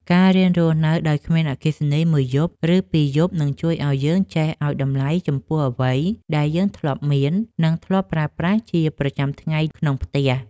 ការរៀនរស់នៅដោយគ្មានអគ្គិសនីមួយយប់ឬពីរយប់នឹងជួយឱ្យយើងចេះឱ្យតម្លៃចំពោះអ្វីដែលយើងធ្លាប់មាន និង ធ្លាប់ប្រើប្រាស់ជាប្រចាំថ្ងៃក្នុងផ្ទះ។